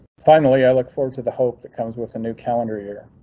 finally, i look forward to the hope that comes with a new calendar year.